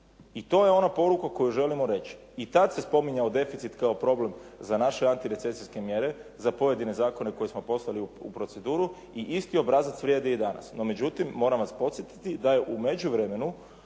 I to je ono poruka koju želimo reći. i tada se spominjao deficit kao problem za naše antirecesijske mjere, za pojedine zakone koje smo poslali u proceduru i isti obrazac vrijedi i danas. No međutim, moram vas posjetiti da je u međuvremenu